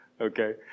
Okay